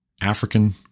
African